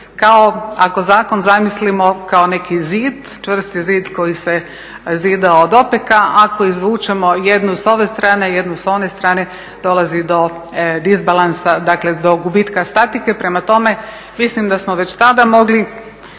kao, ako zakon zamislimo kao neki zid, čvrsti zid koji se zida od opeka, ako izvučemo jednu s ove strane, jednu s one strane dolazi do disbalansa, dakle do gubitka statike. Prema tome, mislim da smo već tada mogli